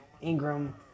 Ingram